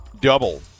double